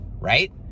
right